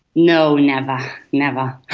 no never, never.